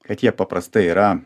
kad jie paprastai yra